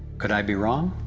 could i be wrong?